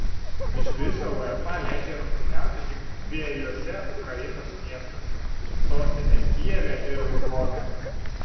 iš viso uefa leidžia rungtyniauti tik dviejuose ukrainos miestuose sostinėje kijeve ir lvove